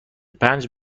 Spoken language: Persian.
پنج